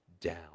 down